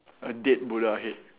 a dead Buddha head